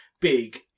big